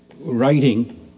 writing